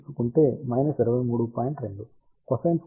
2 cosine squared కోసం 33